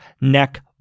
neck